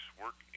work